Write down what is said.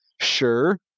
sure